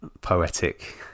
poetic